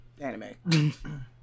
anime